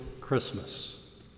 Christmas